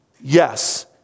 Yes